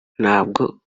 ntabwo